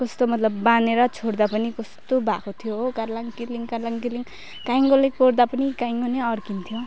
कस्तो मतलब बानेर छाड्दा पनि कस्तो भएको थियो हो कार्लाङ किर्लिङ कार्लाङ किर्लिङ काइँयोले कोर्दा पनि काइँयो नै अड्कन्थ्यो